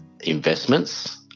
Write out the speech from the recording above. investments